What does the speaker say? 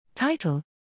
Title